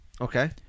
Okay